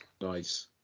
Nice